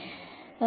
എനിക്ക് സുഖമാണോ